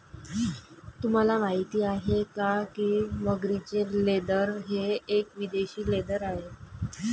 तुम्हाला माहिती आहे का की मगरीचे लेदर हे एक विदेशी लेदर आहे